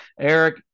Eric